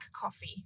coffee